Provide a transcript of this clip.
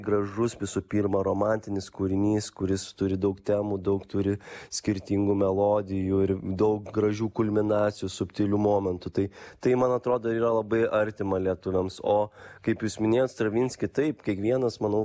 gražus visų pirma romantinis kūrinys kuris turi daug temų daug turi skirtingų melodijų ir daug gražių kulminacijų subtilių momentų tai tai man atrodo ir yra labai artima lietuviams o kaip jūs minėjot stravinskį taip kiekvienas manau